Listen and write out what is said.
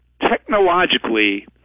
technologically